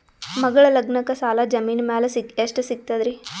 ಮಗಳ ಲಗ್ನಕ್ಕ ಸಾಲ ಜಮೀನ ಮ್ಯಾಲ ಎಷ್ಟ ಸಿಗ್ತದ್ರಿ?